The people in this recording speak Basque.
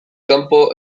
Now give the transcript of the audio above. kanpo